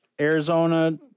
Arizona